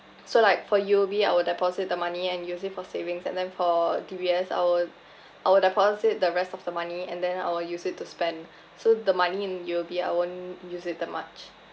so like for U_O_B I will deposit the money and use it for savings and then for D_B_S I will I will deposit the rest of the money and then I will use it to spend so the money in U_O_B I won't use it that much